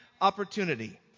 opportunity